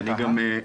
שם המשפחה?